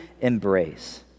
embrace